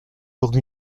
rue